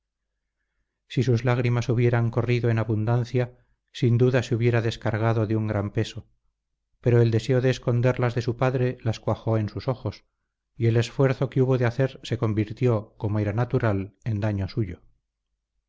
si sus lágrimas hubieran corrido en abundancia sin duda se hubiera descargado de un gran peso pero el deseo de esconderlas de su padre las cuajó en sus ojos y el esfuerzo que hubo de hacer se convirtió como era natural en daño suyo